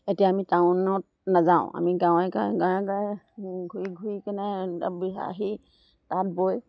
এতিয়া আমি টাউনত নাযাওঁ আমি গাঁৱে গাঁৱে গাঁৱে গাঁৱে ঘূৰি ঘূৰি কেনে আহি তাঁত বৈ